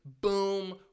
boom